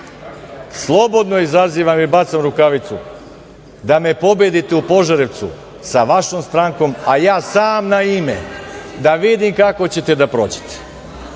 slobodno izazivam i bacam rukavicu da me pobedite u Požarevcu sa vašom strankom, a ja sam na ime, da vidim kako ćete da prođete.